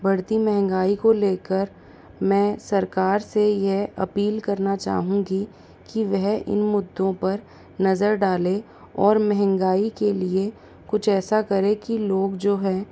बढ़ती महंगाई को लेकर मैं सरकार से यह अपील करना चाहूंगी कि वह इन मुद्दों पर नज़र डालें और महंगाई के लिए कुछ ऐसा करें कि लोग जो हैं